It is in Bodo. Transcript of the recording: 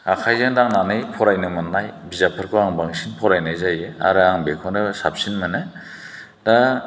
आखायजों दांनानै फरायनो मोननाय बिजाबफोरखौ आं बांसिन फरायनाय जायो आरो आं बेखौनो साबसिन मोनो दा